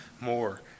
more